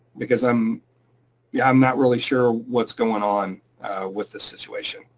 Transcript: because i'm yeah i'm not really sure what's going on with this situation,